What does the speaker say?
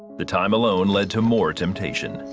the time alone led to more temptation.